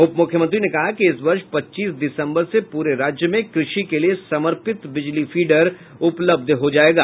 उप मुख्यमंत्री ने कहा कि इस वर्ष पच्चीस दिसंबर से पूरे राज्य में कृषि के लिए समर्पित बिजली फीडर उपलब्ध हो जाएगी